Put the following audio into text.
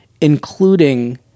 including